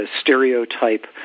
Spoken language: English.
stereotype